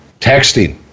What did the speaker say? texting